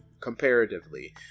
comparatively